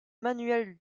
manuel